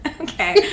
Okay